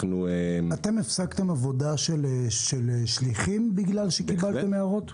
אתם הפסקתם עבודה של שליחים אחרי שקיבלתם הערות?